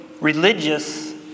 religious